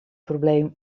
probleem